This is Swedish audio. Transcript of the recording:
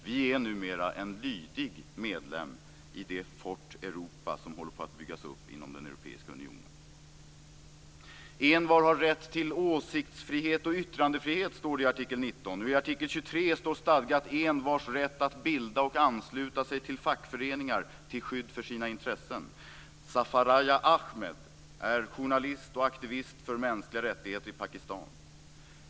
Vi är numera en lydig medlem i det "Fort Europa" som håller på att byggas upp inom den europeiska unionen. "Envar har rätt till åsiktsfrihet och yttrandefrihet", står det i artikel 19. Och i artikel 23 står stadgat envars rätt att bilda och ansluta sig till fackföreningar till skydd för sina intressen. Zafarayab Ahmed är journalist och aktivist för mänskliga rättigheter i Pakistan.